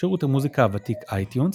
שירות המוזיקה הוותיק אייטונס,